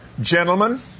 gentlemen